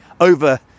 Over